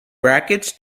brackets